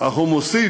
אך הוא מוסיף,